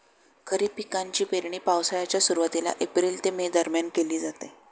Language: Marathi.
खरीप पिकांची पेरणी पावसाळ्याच्या सुरुवातीला एप्रिल ते मे दरम्यान केली जाते